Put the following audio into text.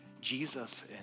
Jesus